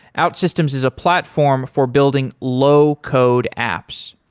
outsystems is a platform for building low code apps.